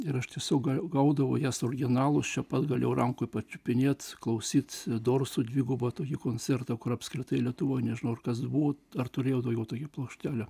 ir aš tiesiog gaudavo jas originalus čia pat galėjo rankoje pačiupinėt klausyt dorsų dviguba to koncerto kur apskritai lietuvoj nežinau ar kas buvo ar turėjo daugiau tokių plokštelių